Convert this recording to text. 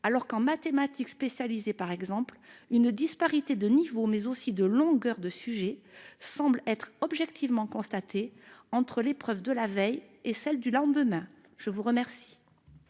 alors qu'en mathématiques spécialisées, par exemple, une disparité de niveau, mais aussi de longueur de sujet, semble objectivement constatée entre l'épreuve de la veille et celle du lendemain ? La parole